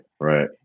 right